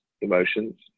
emotions